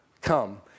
come